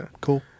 Cool